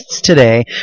today